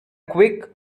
quick